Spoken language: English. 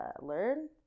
learn